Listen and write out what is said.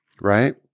right